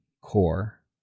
core